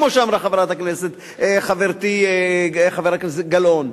כמו שאמרה חברת הכנסת חברתי חברת הכנסת גלאון.